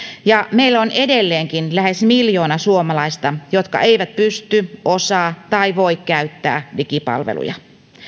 ja meillä on edelleenkin lähes miljoona suomalaista jotka eivät pysty osaa tai voi käyttää digipalveluja